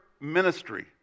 ministry